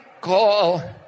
call